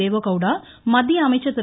தேவகவுடாமத்திய அமைச்சர் திரு